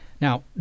Now